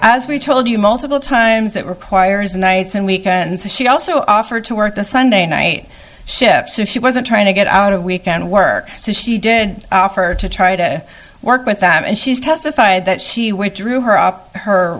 as we told you multiple times that requires a nights and weekends and she also offered to work the sunday night shift so she wasn't trying to get out of weekend work so she did offer to try to work with that and she's testified that she withdrew her up her